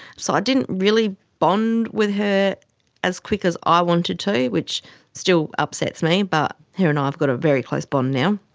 so i didn't really bond with her as quick as ah i wanted to, which still upsets me but her and i have got a very close bond now,